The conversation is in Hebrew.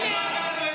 עדיין לא הגענו אליכם.